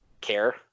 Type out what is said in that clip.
Care